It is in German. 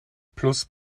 plus